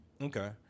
Okay